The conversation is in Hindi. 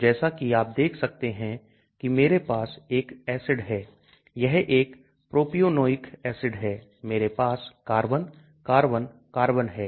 तो जैसा कि आप देख सकते हैं कि मेरे पास एक एसिड है यह एक Propionic acid है मेरे पास कार्बन कार्बन कार्बन है